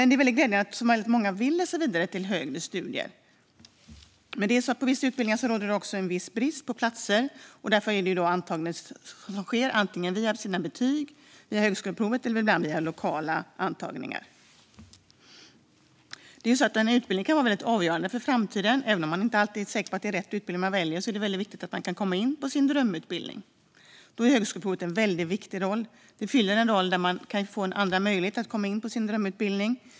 Det är väldigt glädjande att många vill gå vidare till högre studier. Men på vissa utbildningar råder det brist på platser. Antagning sker via betyg och via högskoleprovet. Ibland görs lokala antagningar. En utbildning kan vara avgörande för framtiden. Även om man inte alltid är säker på att det är rätt utbildning man väljer är det viktigt att man kan komma in på sin drömutbildning. Högskoleprovet har en väldigt viktig roll. Med det får man kanske en andra möjlighet att komma in på sin drömutbildning.